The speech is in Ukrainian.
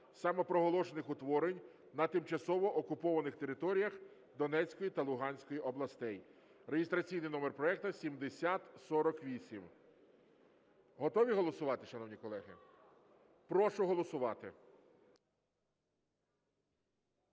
самопроголошених утворень на тимчасово окупованих територіях Донецької та Луганської областей (реєстраційний номер проекту 7048). Готові голосувати, шановні колеги? Прошу голосувати.